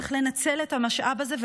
וצריך לנצל את המשאב הזה,